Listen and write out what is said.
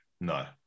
no